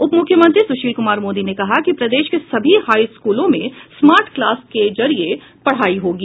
उपमुख्यमंत्री सुशील कुमार मोदी ने कहा कि प्रदेश के सभी हाई स्कूलों में स्मार्ट क्लास के जरिए पढ़ाई होगी